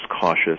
cautious